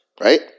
Right